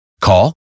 Call